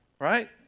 right